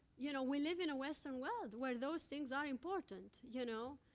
you know, we live in a western world where those things are important, you know?